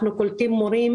אנחנו קולטים מורים